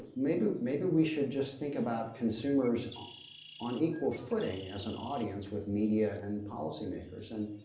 maybe maybe we should just think about consumers on on equal footing as an audience with media and policymakers, and